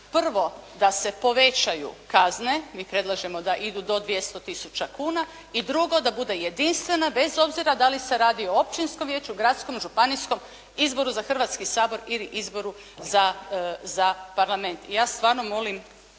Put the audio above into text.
prvo da se povećaju kazne, mi predlažemo da idu do 200 tisuća kuna. I drugo, da bude jedinstvena bez obzira da li se radi općinskom vijeću, gradskom, županijskom, izboru za Hrvatski sabor ili izboru za parlament. I ja stvarno molim